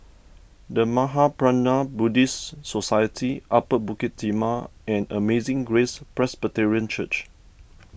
the Mahaprajna Buddhist Society Upper Bukit Timah and Amazing Grace Presbyterian Church